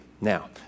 Now